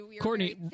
Courtney